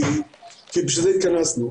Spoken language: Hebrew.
כי בשביל זה התכנסנו.